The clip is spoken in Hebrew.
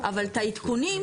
אבל את העדכונים,